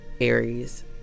Aries